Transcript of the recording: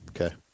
Okay